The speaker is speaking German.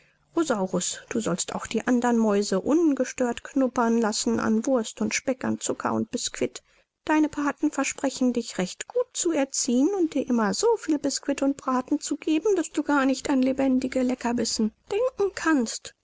du sollst auch die andern mäuse ungestört knuppern lassen an wurst und speck an zucker und bisquit deine pathen versprechen dich recht gut zu erziehen und dir immer so viel bisquit und braten zu geben daß du gar nicht an lebendige leckerbissen denken kannst